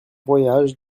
voyage